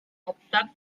hauptstadt